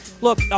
Look